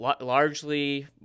largely